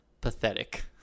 pathetic